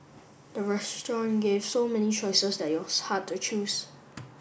the restaurant gave so many choices that it was hard to choose